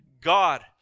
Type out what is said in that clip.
God